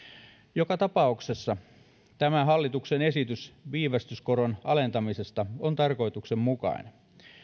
joka tapauksessa tämä hallituksen esitys viivästyskoron alentamisesta on tarkoituksenmukainen